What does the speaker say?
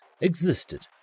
existed